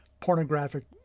pornographic